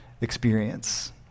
experience